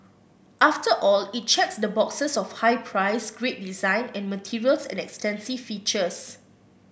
after all it checks the boxes of high price great design and materials and extensive features